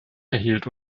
erhielt